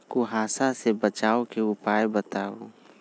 कुहासा से बचाव के उपाय बताऊ?